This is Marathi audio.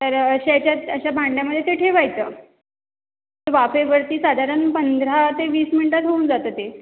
तर अशा याच्यात अशा भांड्यामध्ये ते ठेवायचं वाफेवरती साधारण पंधरा ते वीस मिनटात होऊन जातं ते